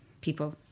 people